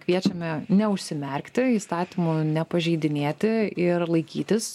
kviečiame neužsimerkti įstatymų nepažeidinėti ir laikytis